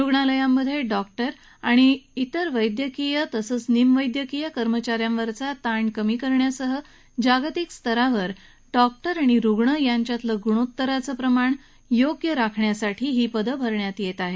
रुग्नालयांमध्ये doctor आणि इतर वैद्यकीय आणि निम वैद्यकीय कर्मचाऱ्यांवरचा ताण कमी करण्यासह जागतिक स्तरावर डॉक्टर आणि रुग्ण यांच्यातील गुणोत्तराचं प्रमाण योग्य राखण्यासाठी ही पदं भरण्यात येत आहेत